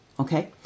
Okay